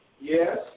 Yes